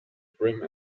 brim